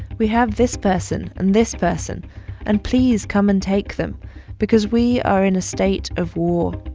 we have this person and this person and please come and take them because we are in a state of war